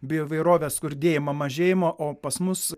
bio įvairovės skurdėjimą mažėjimą o pas mus